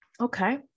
Okay